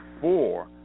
four